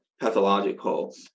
pathological